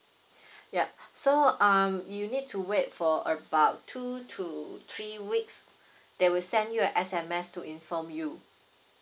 yup so um you need to wait for about two to three weeks they will send you a S_M_S to inform you